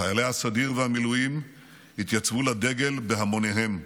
חיילי הסדיר והמילואים התייצבו לדגל בהמוניהם,